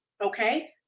okay